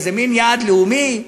איזה מין יעד לאומי.